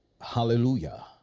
hallelujah